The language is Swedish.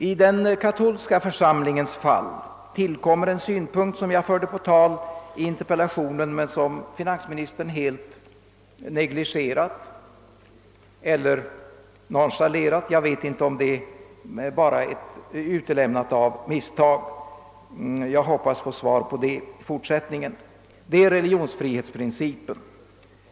I den katolska församlingens fall tillkommer en synpunkt som jag gav uttryck för i interpellationen men som finansministern helt negligerat eller nonchalerat — jag vet inte om det bara är ett misstag att besked på den punkten utelämnats. Jag hoppas få svar på det i fortsättningen. Det är religionsfrihetsprincipen.